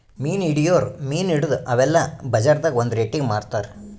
ಮೀನ್ ಹಿಡಿಯೋರ್ ಮೀನ್ ಹಿಡದು ಅವೆಲ್ಲ ಬಜಾರ್ದಾಗ್ ಒಂದ್ ರೇಟಿಗಿ ಮಾರ್ತಾರ್